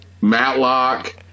Matlock